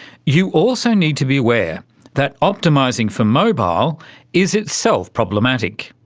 you also need to be aware that optimising for mobile is itself problematic.